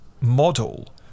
model